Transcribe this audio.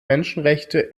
menschenrechte